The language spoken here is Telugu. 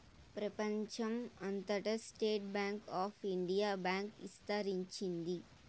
ప్రెపంచం అంతటా State Bank of India bank ఇస్తరించింది